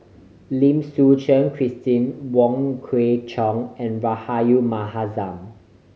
Lim Suchen Christine Wong Kwei Cheong and Rahayu Mahzam